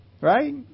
Right